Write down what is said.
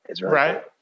Right